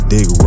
Dig